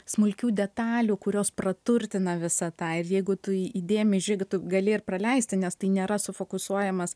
smulkių detalių kurios praturtina visą tą ir jeigu tu įdėmiai žiūri tu gali ir praleisti nes tai nėra sufokusuojamas